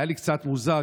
היו לי קצת מוזרים,